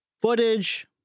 Footage